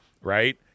right